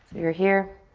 you're here,